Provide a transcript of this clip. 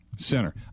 Center